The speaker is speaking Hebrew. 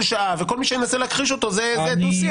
שעה וכל מי שינסה להכחיש אותו זה דו-שיח,